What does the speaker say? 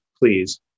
please